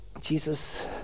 Jesus